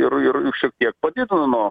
ir ir šiek tiek padidino